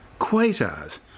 quasars